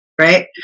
right